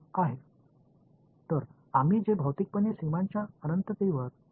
புலம் 0 க்கு செல்ல வேண்டும் எனவே இந்த வெளிப்பாடு 0 செல்லப்போகிறது